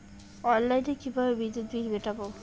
অনলাইনে কিভাবে বিদ্যুৎ বিল মেটাবো?